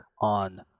on